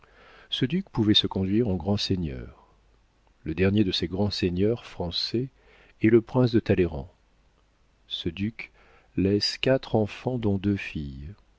ce duc pouvait se conduire en grand seigneur le dernier de ces grands seigneurs français est le prince de talleyrand ce duc laisse quatre enfants dont deux filles